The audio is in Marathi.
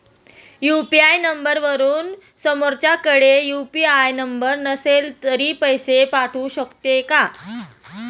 यु.पी.आय नंबरवरून समोरच्याकडे यु.पी.आय नंबर नसेल तरी पैसे पाठवू शकते का?